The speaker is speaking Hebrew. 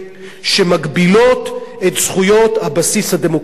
שמגבילות את זכויות הבסיס הדמוקרטיות.